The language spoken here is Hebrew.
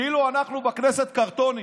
כאילו אנחנו בכנסת קרטונים.